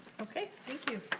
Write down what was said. okay, thank you.